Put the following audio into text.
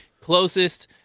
closest